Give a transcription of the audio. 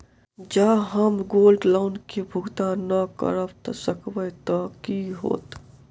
जँ हम gold loan केँ भुगतान न करऽ सकबै तऽ की होत?